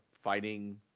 fighting